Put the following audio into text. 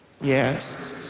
Yes